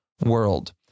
world